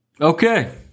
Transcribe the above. Okay